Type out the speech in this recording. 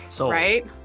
right